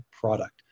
product